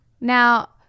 Now